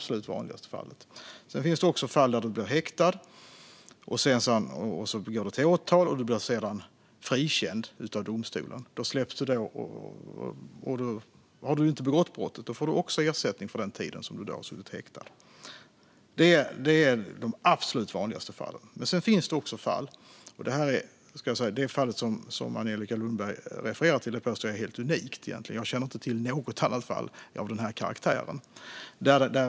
Sedan finns det fall där man blir häktad, det går till åtal och man sedan blir frikänd av domstolen. Man har inte begått brottet. Då får man också ersättning för den tid man suttit häktad. Även dessa hör till de absolut vanligaste fallen. Det finns även andra typer av fall. Det fall som Angelica Lundberg refererar till påstår jag är helt unikt egentligen. Jag känner inte till något annat fall av den här karaktären.